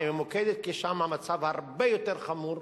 פונים למקום אחר,